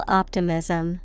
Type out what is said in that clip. optimism